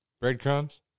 Breadcrumbs